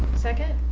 second?